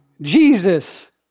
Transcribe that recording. Jesus